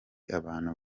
abantu